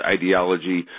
ideology